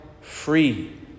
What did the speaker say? free